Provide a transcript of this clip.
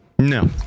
No